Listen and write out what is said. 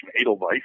Edelweiss